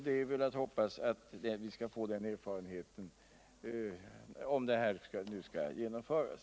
Det är väl att hoppas att vi skall få samma erfarenhet, om det här nu skall genomföras.